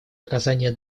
оказания